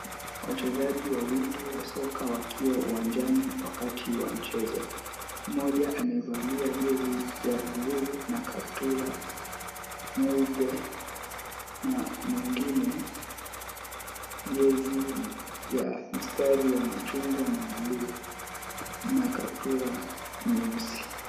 Wachezaji wawili wa soka wakiwa uwanjani wakati wa mchezo. Mmoja amevalia jezi ya buluu na kaptula nyeupe na mwengine jezi ya mistari ya machungwa na buluu na kaptula nyeusi.